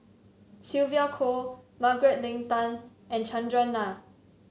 Sylvia Kho Margaret Leng Tan and Chandran Nair